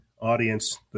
audience